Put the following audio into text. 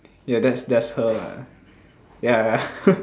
ya that's that's her lah ya ya ya